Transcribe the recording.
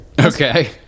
Okay